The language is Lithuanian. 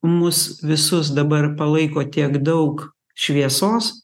mus visus dabar palaiko tiek daug šviesos